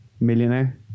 millionaire